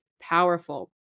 powerful